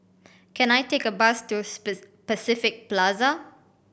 can I take a bus to Pacific Plaza